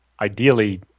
ideally